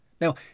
Now